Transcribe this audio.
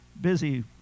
busy